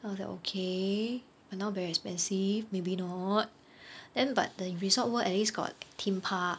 I was like okay but now very expensive maybe not then but the Resorts World at least got theme park